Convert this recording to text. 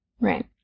Right